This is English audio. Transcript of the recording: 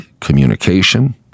communication